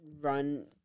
run